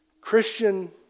Christian